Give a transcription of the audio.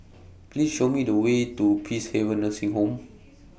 Please Show Me The Way to Peacehaven Nursing Home